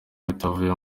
bitavuye